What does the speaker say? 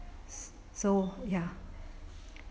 so ya